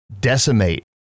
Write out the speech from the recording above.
decimate